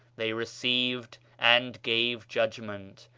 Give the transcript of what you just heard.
they received and gave judgments,